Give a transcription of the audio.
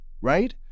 right